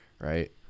right